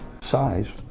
size